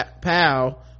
pal